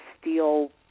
steel